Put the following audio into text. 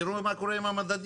תראו מה קורה עם המדדים.